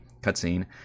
cutscene